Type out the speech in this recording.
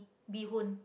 bee-hoon